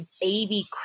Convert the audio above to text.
baby